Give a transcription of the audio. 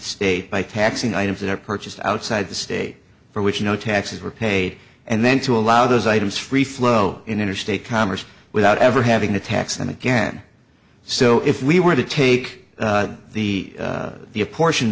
state by taxing items that are purchased outside the state for which no taxes were paid and then to allow those items free flow in interstate commerce without ever having to tax and again so if we were to take the the apportion